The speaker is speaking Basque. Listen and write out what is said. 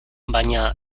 baina